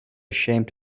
ashamed